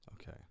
okay